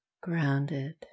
Grounded